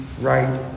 Right